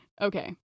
Okay